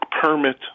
permit